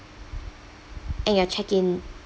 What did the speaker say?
and your check in